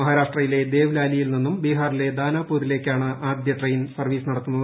മഹാരാഷ്ട്രയിലെ ദേവ്ലാലിയിൽ നിന്നും ബീഹാറിലെ ദാനാപൂരിലേക്കാണ് ് ആദ്യ ട്രെയിൻ സർവീസ് നടത്തുന്നത്